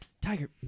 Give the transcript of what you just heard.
Tiger